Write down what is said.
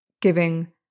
giving